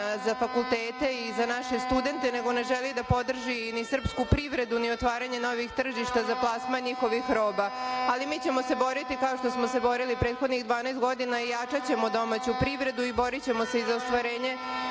za fakultete i za naše studente, nego ne želi da podrži ni srpsku privredu, ni otvaranje novih tržišta za plasman njihovih roba, ali mi ćemo se boriti kao što smo se borili prethodnih 12 godina i jačaćemo domaću privredu i borićemo se i za ostvarenje